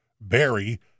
Barry